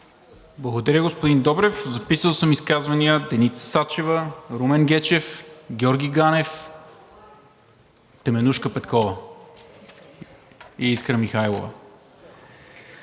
Благодаря, господин Добрев. Записал съм изказвания на Деница Сачева, Румен Гечев, Георги Ганев, Теменужка Петкова и Искра Михайлова.